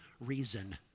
reason